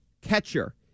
catcher